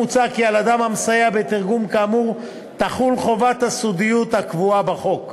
מוצע כי על אדם המסייע בתרגום כאמור תחול חובת הסודיות הקבועה בחוק.